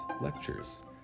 lectures